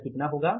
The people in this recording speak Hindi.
यह कितना होगा